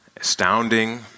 astounding